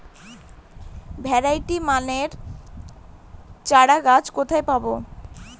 Variety মানের চারাগাছ কোথায় পাবো?